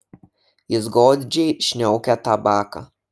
jis godžiai šniaukia tabaką